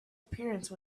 appearance